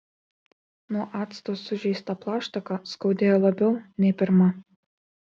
nuo acto sužeistą plaštaką skaudėjo labiau nei pirma